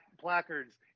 placards